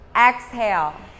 exhale